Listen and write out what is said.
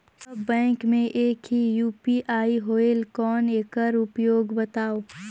सब bank मे एक ही यू.पी.आई होएल कौन एकर उपयोग बताव?